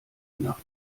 nach